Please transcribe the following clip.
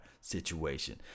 situation